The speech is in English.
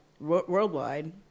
worldwide